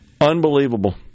Unbelievable